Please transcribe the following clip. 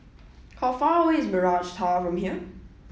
how far away is Mirage Tower from here